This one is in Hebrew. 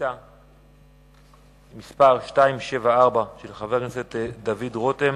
שאילתא מס' 274, של חבר הכנסת דוד רותם,